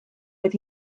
oedd